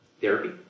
therapy